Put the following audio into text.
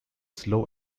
slow